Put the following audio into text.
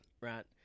Right